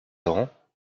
ans